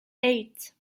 eight